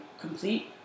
complete